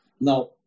Now